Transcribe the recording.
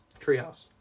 Treehouse